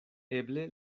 eble